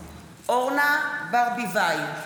ישראל, ולמלא באמונה את שליחותי בכנסת".